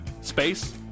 space